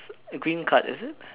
green card is it